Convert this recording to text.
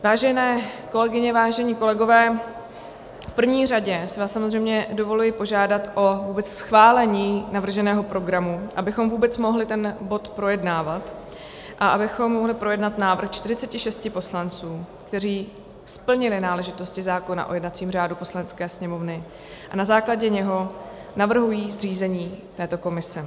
Vážené kolegyně, vážení kolegové, v první řadě si vás samozřejmě dovoluji požádat vůbec o schválení navrženého programu, abychom vůbec mohli ten bod projednávat a abychom mohli projednat návrh 46 poslanců, kteří splnili náležitosti zákona o jednacím řádu Poslanecké sněmovny a na základě něho navrhují zřízení této komise.